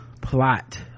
plot